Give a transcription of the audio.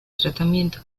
tratamiento